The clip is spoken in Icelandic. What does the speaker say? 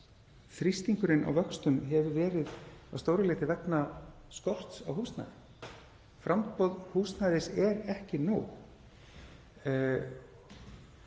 þrýstingurinn á vöxtum hefur að stóru leyti verið vegna skorts á húsnæði. Framboð húsnæðis er ekki nóg.